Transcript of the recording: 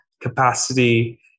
capacity